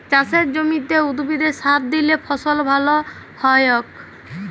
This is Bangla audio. চাসের জমিতে উদ্ভিদে সার দিলে ফসল ভাল হ্য়য়ক